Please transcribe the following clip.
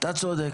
אתה צודק.